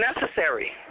necessary